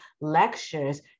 lectures